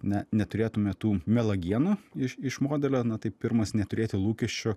ne neturėtume tų melagienų iš iš modelio na tai pirmas neturėti lūkesčių